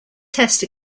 test